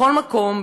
בכל מקום,